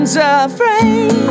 afraid